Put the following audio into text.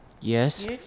Yes